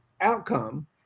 outcome